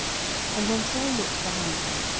and when saul looked behind him,